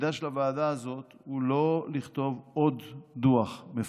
תפקידה של הוועדה הזאת הוא לא לכתוב עוד דוח מפואר.